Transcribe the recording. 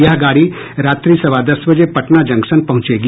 यह गाड़ी रात्रि सवा दस बजे पटना जंक्शन पहंचेगी